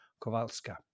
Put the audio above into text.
Kowalska